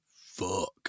Fuck